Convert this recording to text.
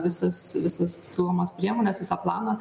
visas visas siūlomas priemones visą planą